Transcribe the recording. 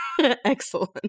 Excellent